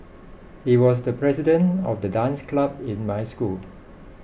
he was the president of the dance club in my school